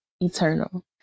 eternal